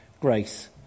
grace